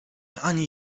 ani